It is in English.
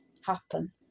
happen